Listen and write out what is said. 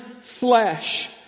flesh